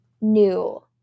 new